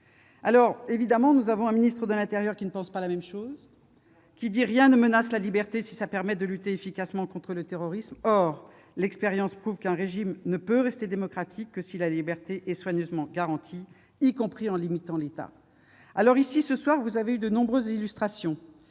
! Seulement, nous avons un ministre de l'intérieur qui ne pense pas la même chose. Selon lui, « rien ne menace la liberté si ça permet de lutter efficacement contre le terrorisme ». Or l'expérience prouve qu'un régime ne peut rester démocratique que si la liberté est soigneusement garantie, y compris en limitant l'État. Vous en avez eu de nombreuses illustrations